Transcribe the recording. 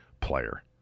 player